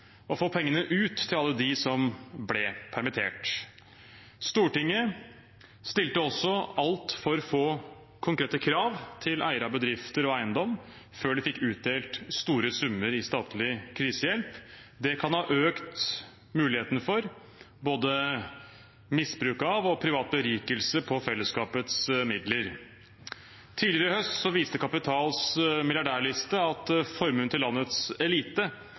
å få pengene ut til alle dem som ble permittert. Stortinget stilte altfor få konkrete krav til eiere av bedrifter og eiendom før de fikk utdelt store summer i statlig krisehjelp. Det kan ha økt mulighetene for både misbruk av og privat berikelse på fellesskapets midler. Tidligere i høst viste Kapitals milliardærliste at formuen til landets elite